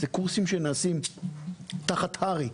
הקורסים נעשים תחת הר"י,